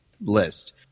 list